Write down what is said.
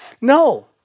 No